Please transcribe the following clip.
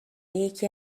یکی